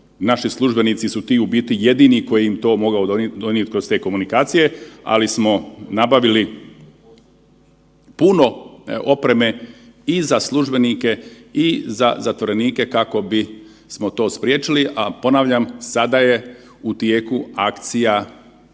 Naši službenici su ti u biti jedini koji bi im to mogli donijeti kroz te komunikacije, ali smo nabavili puno opreme i za službenike i za zatvorenike kako bi smo to spriječili. A ponavljam, sada je u tijeku akcija